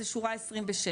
זה שורה 27,